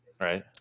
right